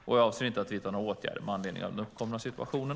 Jag avser inte att vidta några åtgärder med anledning av den uppkomna situationen.